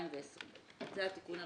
2020. זה התיקון הראשון.